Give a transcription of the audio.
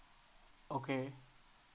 okay